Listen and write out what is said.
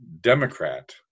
democrat